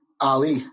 Ali